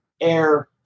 air